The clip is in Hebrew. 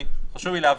חשוב לי להבין.